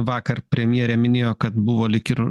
vakar premjerė minėjo kad buvo lyg ir